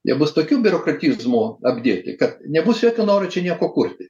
jie bus tokių biurokratizmų apdirbti kad nebus jokio noro čia nieko kurti